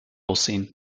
aussehen